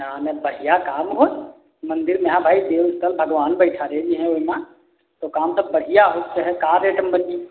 हाँ मे बढ़िया काम होए मन्दिर में यहाँ भई देव स्थल भगवान बिठाले वी हैं ओहि मा तो काम सब बढ़िया होने के चाहे क्या रेट में बनी